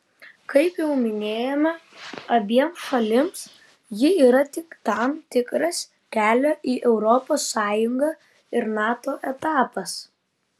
kaip jau minėjome abiem šalims ji yra tik tam tikras kelio į europos sąjungą ir nato etapas